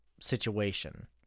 situation